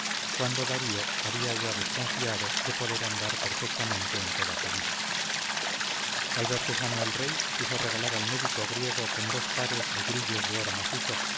cuando darío había ya desconfiado de poder andar perfectamente en toda su vida al verse sano el rey quiso regalar al médico griego con dos pares de grillos de oro macizo